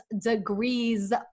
degrees